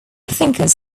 thinkers